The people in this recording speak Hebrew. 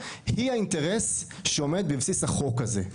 היא האינטרס שעומד בבסיס החוק הזה.